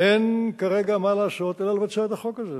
אין כרגע מה לעשות אלא לבצע את החוק הזה.